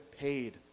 paid